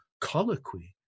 colloquy